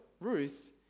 Ruth